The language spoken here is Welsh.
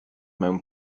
mewn